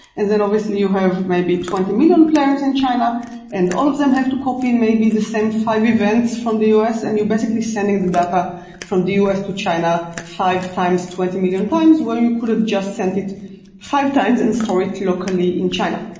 and then obviously you have maybe twenty million players in china and all of them have to copy maybe the same five events from the u s. and you're basically sending the data from the u s. to china five times, twenty million times, where you could have just sent it five times and store it locally in china.